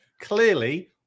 clearly